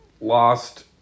lost